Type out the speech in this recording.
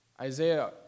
Isaiah